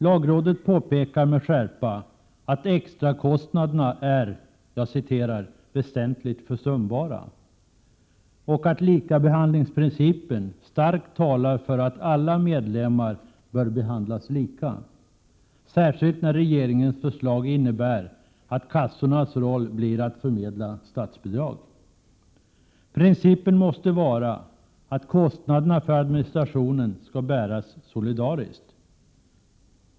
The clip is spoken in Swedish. Lagrådet påpekar med skärpa att extrakostnaderna är ”väsentligt försumbara” och att likabehandlingsprincipen starkt talar för att alla medlemmar bör behandlas lika, särskilt när regeringens förslag innebär att kassornas roll blir att förmedla statsbidrag. Principen måste vara att kostnaderna för administrationen skall bäras solidariskt.